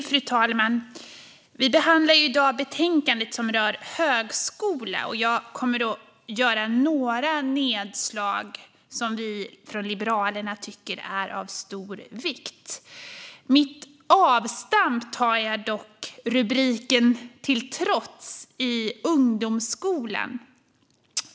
Fru talman! Vi behandlar i dag ett betänkande som rör högskolan. Jag kommer att göra några nedslag i sådant som vi i Liberalerna tycker är av stor vikt. Mitt avstamp tar jag dock, rubriken för dagens debatt till trots, i ungdomsskolan.